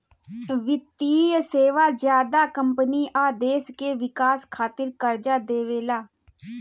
वित्तीय सेवा ज्यादा कम्पनी आ देश के विकास खातिर कर्जा देवेला